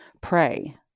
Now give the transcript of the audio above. pray